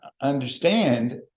understand